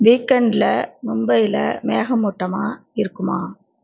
வீக்கெண்ட்டில் மும்பையில் மேகமூட்டமாக இருக்குமா